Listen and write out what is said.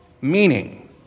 Meaning